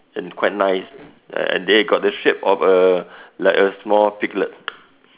and quite nice and they got the shape of a like a small piglet